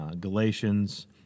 Galatians